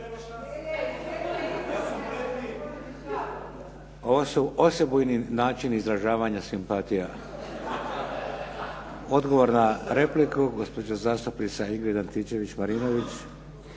Ovo su osebujni načini izražavanja simpatija. Odgovor na repliku gospođa zastupnica Ingrid Antičević-Marinović.